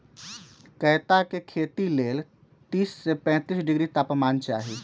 कैता के खेती लेल तीस से पैतिस डिग्री तापमान चाहि